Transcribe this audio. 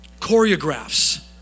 choreographs